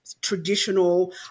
traditional